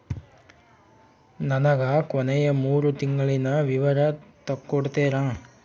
ನನಗ ಕೊನೆಯ ಮೂರು ತಿಂಗಳಿನ ವಿವರ ತಕ್ಕೊಡ್ತೇರಾ?